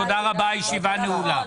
תודה רבה, הישיבה נעולה.